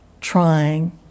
trying